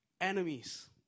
Enemies